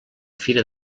fira